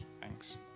Thanks